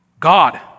God